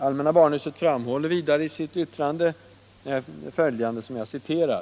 Allmänna barnhuset framhåller vidare i sitt yttrande följande: Nr 124